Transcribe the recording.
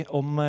om